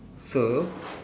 so